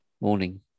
Morning